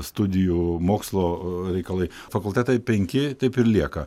studijų mokslo reikalai fakultetai penki taip ir lieka